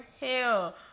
hell